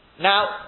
Now